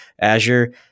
Azure